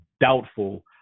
doubtful